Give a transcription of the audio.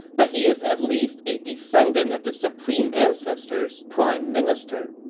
but he is at least a descendant of the supreme ancestor's prime minister.